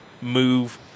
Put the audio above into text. move